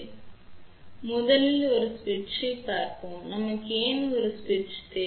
எனவே முதலில் ஒரு சுவிட்சைப் பார்ப்போம் நமக்கு ஏன் ஒரு சுவிட்ச் தேவை